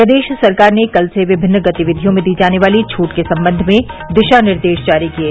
प्रदेश सरकार ने कल से विभिन्न गतिविधियों में दी जाने वाली छूट के सम्बन्ध में दिशा निर्देश जारी किये